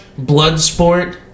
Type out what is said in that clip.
Bloodsport